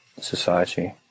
society